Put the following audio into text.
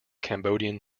cambodian